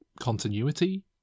continuity